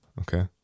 Okay